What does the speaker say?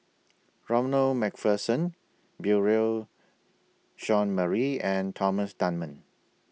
Ronald MacPherson Beurel Jean Marie and Thomas Dunman